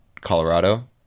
Colorado